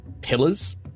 pillars